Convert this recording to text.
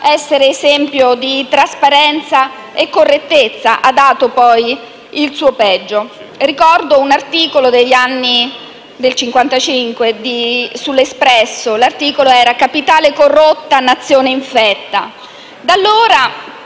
essere esempio di trasparenza e correttezza ha dato poi il suo peggio. Ricordo un articolo del 1955 su «L'Espresso», che parlava di capitale corrotta e nazione infetta.